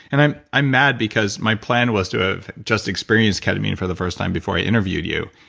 and i'm i'm mad because my plan was to have just experienced ketamine for the first time before i interviewed you,